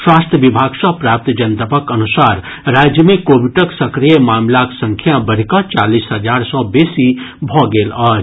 स्वास्थ्य विीाग सँ प्राप्त जनतबक अनुसार राज्य मे कोविडक सक्रिय मामिलाक संख्या बढ़ि कऽ चालीस हजार सँ बेसी भऽ गेल अछि